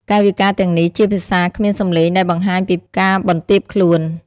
កាយវិការទាំងនេះជាភាសាគ្មានសំឡេងដែលបង្ហាញពីការបន្ទាបខ្លួន។